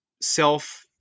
self